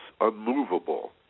unmovable